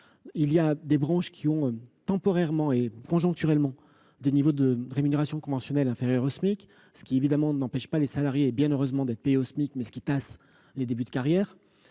certaines branches connaissent temporairement et conjoncturellement des niveaux de rémunération conventionnelle inférieurs au Smic, ce qui n’empêche pas les salariés – bien heureusement !– d’être payés au Smic, mais « tasse » les débuts de carrière.